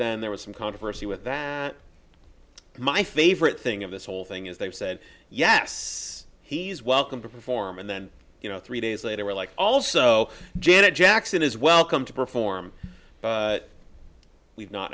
then there was some controversy with that my favorite thing of this whole thing is they've said yes he's welcome to perform and then you know three days later we're like also janet jackson is welcome to perform we've not